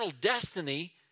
destiny